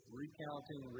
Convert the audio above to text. recounting